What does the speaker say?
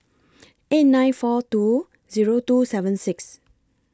eight nine four two Zero two seven six